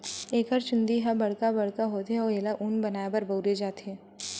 एकर चूंदी ह बड़का बड़का होथे अउ एला ऊन बनाए बर बउरे जाथे